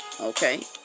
Okay